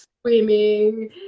swimming